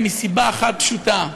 מסיבה אחת פשוטה: